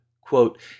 quote